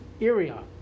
area